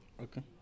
Okay